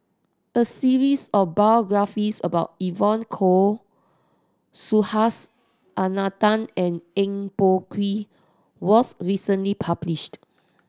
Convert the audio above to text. a series of biographies about Evon Kow Subhas Anandan and Eng Boh Kee was recently published